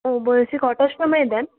ও বলছি কটার সময় দেন